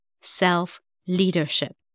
self-leadership